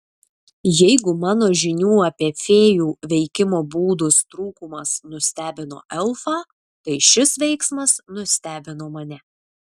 jeigu mano žinių apie fėjų veikimo būdus trūkumas nustebino elfą tai šis veiksmas nustebino mane